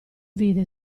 vide